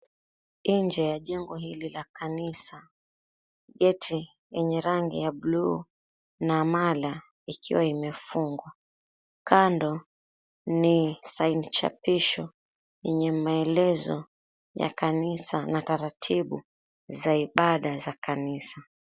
Nje ya jengo hili la kanisa, geti yenye rangi ya buluu na mala ikiwa imefungwa. Kando ni sainichapisho yenye maelezo ya kanisa na taratibu za ibada za kanisa.